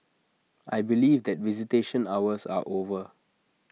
I believe that visitation hours are over